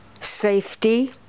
safety